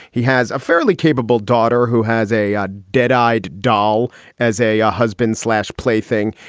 he has a fairly capable daughter who has a a dead eyed doll as a a husband slash play thing.